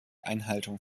einhaltung